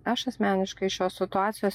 aš asmeniškai šios situacijos